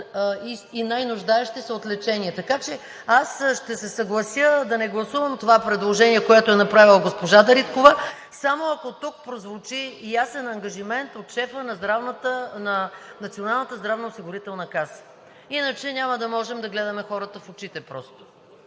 и най-нуждаещи се от лечение. Така че ще се съглася да не гласувам за това предложение, което е направила госпожа Дариткова, само ако тук прозвучи ясен ангажимент от шефа на Националната здравноосигурителна каса – иначе няма да можем да гледаме хората в очите, просто.